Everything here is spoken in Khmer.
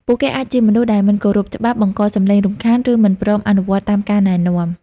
ពួកគេអាចជាមនុស្សដែលមិនគោរពច្បាប់ បង្កសំឡេងរំខាន ឬមិនព្រមអនុវត្តតាមការណែនាំ។